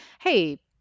hey